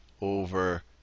over